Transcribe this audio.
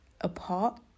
apart